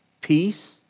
peace